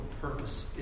purpose